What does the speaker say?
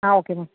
ah okay ma'am